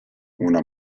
una